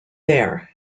there